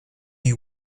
you